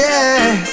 Yes